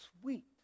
sweet